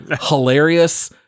hilarious